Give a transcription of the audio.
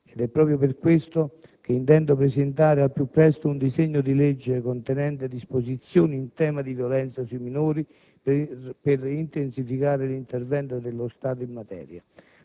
È proprio per tale motivo che intendo presentare al più presto un disegno di legge contenente disposizioni in tema di violenza sui minori, per intensificare l'intervento dello Stato in materia.